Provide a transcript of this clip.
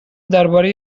درباره